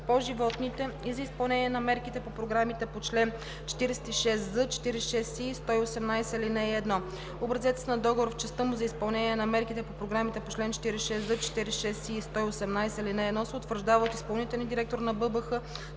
по животните и за изпълнение на мерките по програмите по чл. 46з, 46и и 118, ал. 1. Образецът на договора в частта му за изпълнение на мерките по програмите по чл. 46з, 46и и 118, ал. 1 се утвърждава от изпълнителния директор на БАБХ